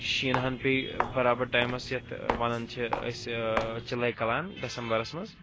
شیٖنہَن پیٚیہِ برابر ٹایمَس یَتھ وَنان چھِ أسۍ چِلاے کَلان ڈسمبَرَس منٛز